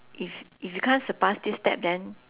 if if you can't surpass this step then